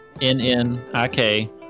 N-N-I-K